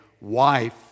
wife